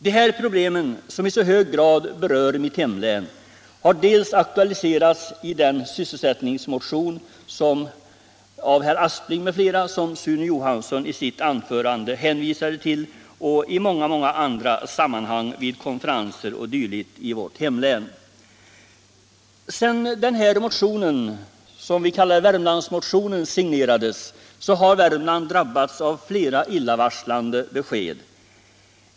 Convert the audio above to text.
De här problemen, som i så hög grad berör mitt hemlän, har aktualiserats dels i den sysselsättningsmotion av herr Aspling m.fl. som Sune Johansson i sitt anförande hänvisade till, dels i många andra sammanhang vid konferenser o. d. i vårt hemlän. Sedan denna motion, som vi kallar Värmlandsmotionen, signerades har Värmland drabbats av flera illavarslande besked.